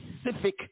specific